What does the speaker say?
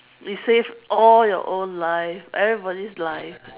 it saved all your own life everybody's life